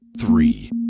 three